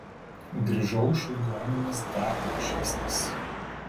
grįžau iš ligoninės dar luošesnis